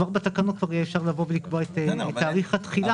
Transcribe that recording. אפשר בתקנות לקבוע את תאריך התחילה.